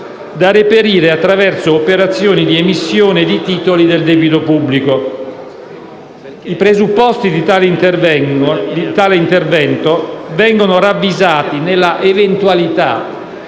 da reperire attraverso operazioni di emissione di titoli del debito pubblico. I presupposti di tale intervento vengono ravvisati nell'eventualità